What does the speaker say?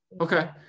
okay